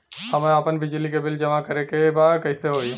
हमके आपन बिजली के बिल जमा करे के बा कैसे होई?